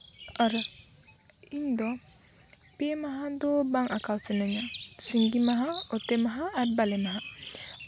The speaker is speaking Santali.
ᱟᱨ ᱤᱧᱫᱚ ᱯᱮ ᱢᱟᱦᱟ ᱫᱚ ᱵᱟᱝ ᱟᱸᱠᱟᱣ ᱥᱟᱱᱟᱧᱟ ᱥᱤᱸᱜᱤ ᱢᱟᱦᱟ ᱚᱛᱮ ᱢᱟᱦᱟ ᱟᱨ ᱵᱟᱞᱮ ᱢᱟᱦᱟ